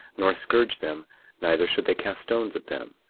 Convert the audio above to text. nor scourge them neither should they cast stones at them,